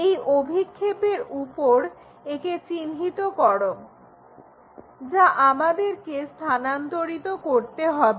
এই অভিক্ষেপের উপর একে চিহ্নিত করো যা আমাদেরকে স্থানান্তরিত করতে হবে